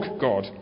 god